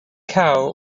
cao